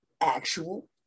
actual